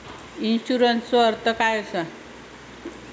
इन्शुरन्सचो अर्थ काय असा?